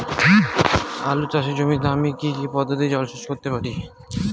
আলু চাষে জমিতে আমি কী পদ্ধতিতে জলসেচ করতে পারি?